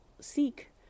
seek